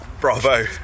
Bravo